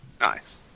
Nice